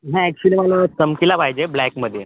नाही ॲक्च्युली मला चमकीला पाहिजे ब्लॅकमध्ये